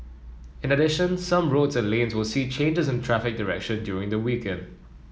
in addition some roads and lanes will see changes in traffic direction during the weekend